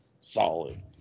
solid